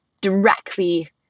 directly